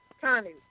Connie